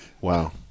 Wow